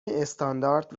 استاندارد